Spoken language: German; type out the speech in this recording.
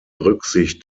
rücksicht